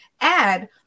add